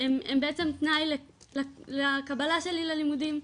שהם בעצם תנאי לקבלה שלי ללימודים.